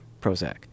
Prozac